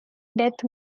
death